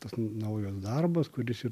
tas naujas darbas kuris ir